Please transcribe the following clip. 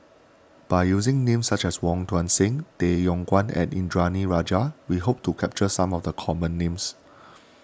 by using names such as Wong Tuang Seng Tay Yong Kwang and Indranee Rajah we hope to capture some of the common names